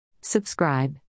Subscribe